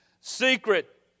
secret